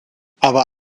aber